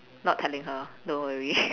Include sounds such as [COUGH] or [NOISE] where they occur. not telling her don't worry [LAUGHS]